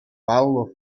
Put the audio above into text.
паллӑ